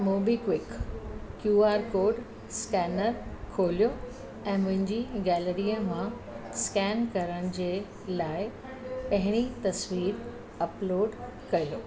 MobiKwik QR code scanner खोलियो ऐं मुंहिंजी गैलरीअ मां स्केन करण जे लाइ पहिरीं तस्वीरु अप्लोड कयो